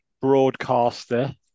broadcaster